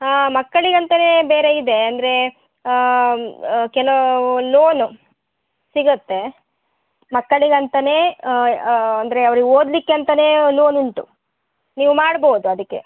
ಹಾಂ ಮಕ್ಕಳಿಗೆ ಅಂತ ಬೇರೆ ಇದೆ ಅಂದರೆ ಕೆಲವು ಲೋನ್ ಸಿಗುತ್ತೆ ಮಕ್ಕಳಿಗಂತಾ ಅಂದರೆ ಅವ್ರಿಗೆ ಓದಲಿಕ್ಕೆ ಅಂತಾ ಲೋನ್ ಉಂಟು ನೀವು ಮಾಡ್ಬೋದು ಅದಕ್ಕೆ